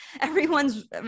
everyone's